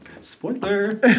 Spoiler